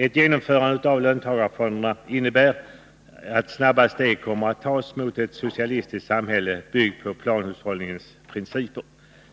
Ett genomförande av löntagarfonder innebär att snabba steg kommer att tas mot ett socialistiskt samhälle, byggt på planhushållningens principer.